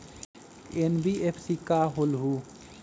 NBFC का होलहु?